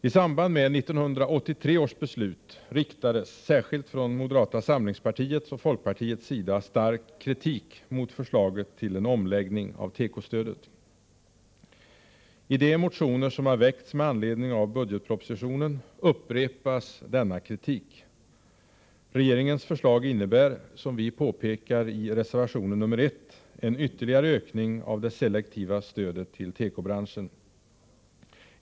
I samband med 1983 års beslut riktades, särskilt från moderata samlingspartiets och folkpartiets sida, stark kritik mot förslaget till en omläggning av tekostödet. I de motioner som har väckts med anledning av budgetpropositionen upprepas denna kritik. Regeringens förslag innebär, som vi påpekar i reservation 1, en ytterligare ökning av det selektiva stödet till tekobranschen.